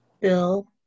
Bill